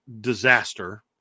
disaster